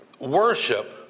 worship